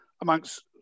amongst